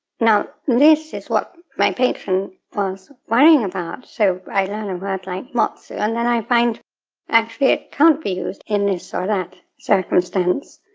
now, this is what my patron was worrying about so, i learn a and word like motsu and then i find actually it can't be used in this or that circumstance,